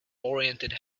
oriented